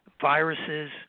Viruses